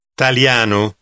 Italiano